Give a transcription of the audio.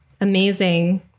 Amazing